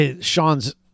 Sean's